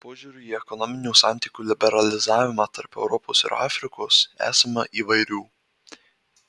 požiūrių į ekonominių santykių liberalizavimą tarp europos ir afrikos esama įvairių